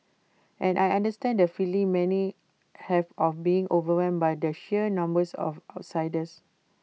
and I understand the feeling many have of being overwhelmed by the sheer numbers of outsiders